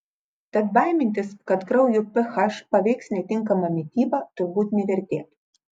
tad baimintis kad kraujo ph paveiks netinkama mityba turbūt nevertėtų